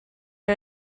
are